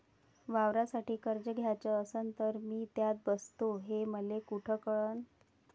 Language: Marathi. वावरासाठी कर्ज घ्याचं असन तर मी त्यात बसतो हे मले कुठ कळन?